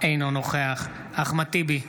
אינו נוכח אחמד טיבי,